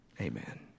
Amen